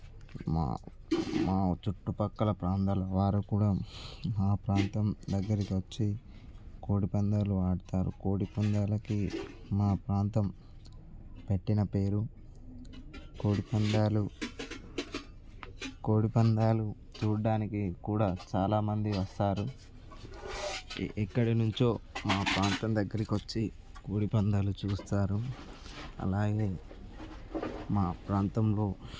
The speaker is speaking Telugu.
మా మా చుట్టుపక్కల ప్రాంతాల వారు కూడా మా ప్రాంతం దగ్గరకి వచ్చి కోడిపందాలు ఆడుతారు కోడి పందాలకి మా ప్రాంతం పెట్టిన పేరు కోడిపందాలు కోడిపందాలు చూడడానికి కూడా చాలామంది వస్తారు ఎక్కడి నుంచో మా ప్రాంతం దగ్గరికి వచ్చి కోడి పందాలు చూస్తారు అలాగే మా ప్రాంతంలో